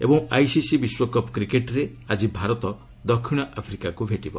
ଏବଂ ଆଇସିସି ବିଶ୍ୱକପ୍ କ୍ରିକେଟ୍ରେ ଆକି ଭାରତ ଦକ୍ଷିଣ ଆଫ୍ରିକାକୁ ଭେଟିବ